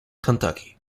kentucky